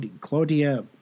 claudia